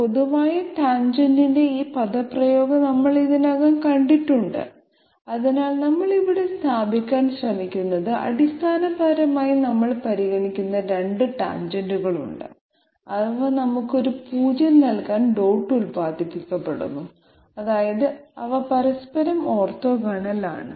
പൊതുവായ ടാൻജെന്റിന്റെ ഈ പദപ്രയോഗം നമ്മൾ ഇതിനകം കണ്ടിട്ടുണ്ട് അതിനാൽ നമ്മൾ ഇവിടെ സ്ഥാപിക്കാൻ ശ്രമിക്കുന്നത് അടിസ്ഥാനപരമായി നമ്മൾ പരിഗണിക്കുന്ന രണ്ട് ടാൻജെന്റുകളുണ്ട് അവ നമുക്ക് ഒരു 0 നൽകാൻ ഡോട്ട് ഉൽപ്പാദിപ്പിക്കപ്പെടുന്നു അതായത് അവ പരസ്പരം ഓർത്തോഗണൽ ആണ്